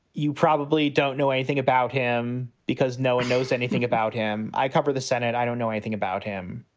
you probably don't know anything about him because no one knows anything about him. i cover the senate. i don't know anything about him.